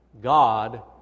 God